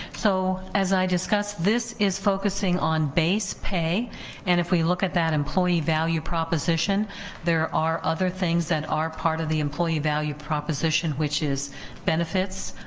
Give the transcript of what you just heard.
so as i discussed, this is focusing on base pay and if we look at that employee value proposition there are other things that are part of the employee value proposition, which is benefits,